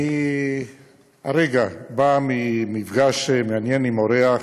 אני הרגע בא ממפגש מעניין עם אורח